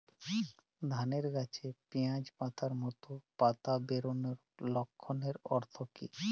ধানের গাছে পিয়াজ পাতার মতো পাতা বেরোনোর লক্ষণের অর্থ কী?